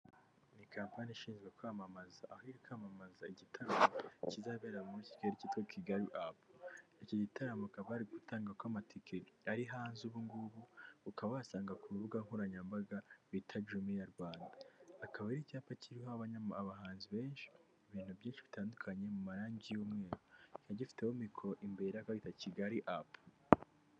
Ni kampani ishinzwe kwamamaza aho barikwamamaza igitaramo kizabera muri kigali kiitwa kigali apu, iki gitaramo akaba bari gutanga ko amatike ari hanze ubungubu ukaba wasanga ku rubuga nkoranyambaga bita Jumiya Rwand akaba ari icyapa kiriho abahanzi benshi, bintu byinshi bitandukanye mu marangi y'umweru, kikaba gifiteho mikoro imbere bakaba bayita kigali apu.